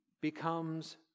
becomes